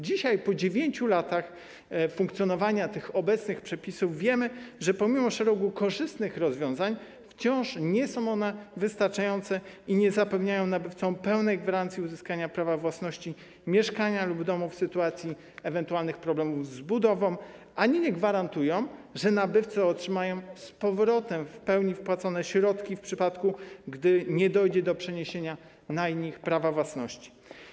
Dzisiaj, po 9 latach funkcjonowania obecnych przepisów, wiemy, że pomimo wprowadzenia szeregu korzystnych rozwiązań wciąż nie są one wystarczające i nie dają nabywcom gwarancji uzyskania prawa własności mieszkania lub domu w sytuacji ewentualnych problemów z budową ani nie gwarantują, że nabywcy otrzymają z powrotem i w pełnej wysokości wpłacone środki w przypadku, gdy nie dojdzie do przeniesienia na nich prawa własności.